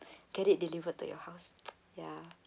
get it delivered to your house ya